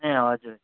ए हजुर